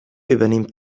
übernimmt